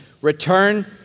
return